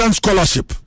scholarship